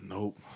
Nope